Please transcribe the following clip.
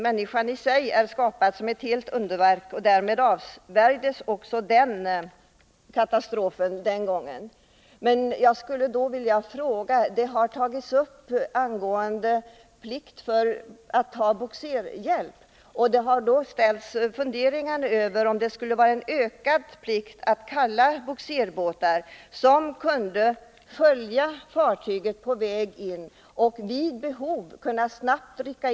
Människan i sig är skapad som ett helt underverk — och därigenom avvärjdes katastrofen den gången. Det har rests krav på plikt att ta bogserhjälp, och man har funderat över om det skulle vara en ökad plikt att kalla på bogserbåtar, som kunde följa fartyg på väg in och vid behov snabbt ingripa.